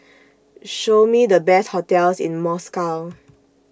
Show Me The Best hotels in Moscow